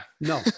No